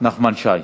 3058, 3073,